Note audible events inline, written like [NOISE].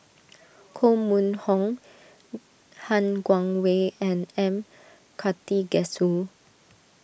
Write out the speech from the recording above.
Koh Mun Hong [HESITATION] Han Guangwei and M Karthigesu